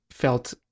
felt